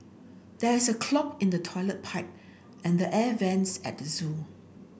there is a clog in the toilet pipe and the air vents at the zoo